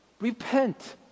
Repent